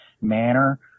manner